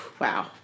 wow